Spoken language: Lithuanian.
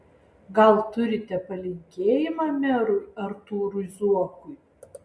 gal turite palinkėjimą merui artūrui zuokui